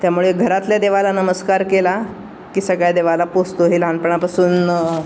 त्यामुळे घरातल्या देवाला नमस्कार केला की सगळ्या देवाला पोचतो हे लहानपणापासून